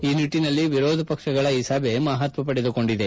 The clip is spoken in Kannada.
ಈ ನಿಟ್ಟಿನಲ್ಲಿ ವಿರೋಧ ಪಕ್ಷಗಳ ಈ ಸಭೆ ಮಹತ್ವ ಪಡೆದುಕೊಂಡಿದೆ